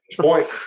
point